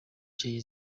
jay